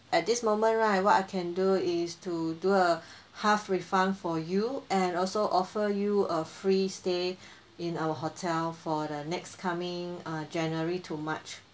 at this moment right what I can do is to do a half refund for you and also offer you a free stay in our hotel for the next coming uh january to march